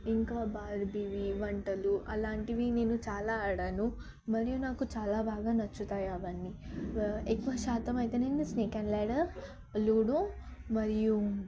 ఇంకా బార్బీవి వంటలు అలాంటివి నేను చాలా ఆడాను మరియు నాకు చాలా బాగా నచ్చుతాయి అవన్నీ ఎక్కువ శాతం అయితే నేను స్నేక్ అండ్ ల్యాడర్ లూడో మరియు